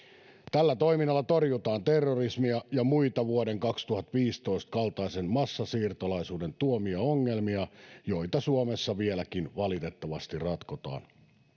tällä toiminnalla torjutaan terrorismia ja muita vuoden kaksituhattaviisitoista kaltaisen massasiirtolaisuuden tuomia ongelmia joita suomessa vieläkin valitettavasti ratkotaan